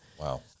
Wow